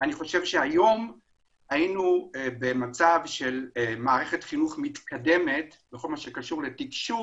אני חשוב שהיום היינו במצב של מערכת חינוך מתקדמת בכל מה שקשור לתקשוב,